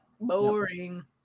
boring